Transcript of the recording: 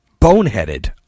boneheaded